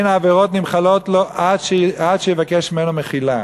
אין העבירות נמחלות לו עד שיבקש ממנו מחילה.